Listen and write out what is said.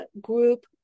group